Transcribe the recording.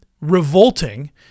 revolting